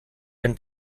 been